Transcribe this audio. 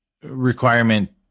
Requirement